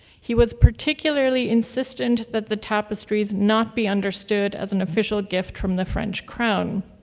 he was particularly insistent that the tapestries not be understood as an official gift from the french crown.